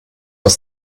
aus